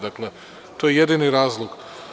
Dakle, to je jedini razlog.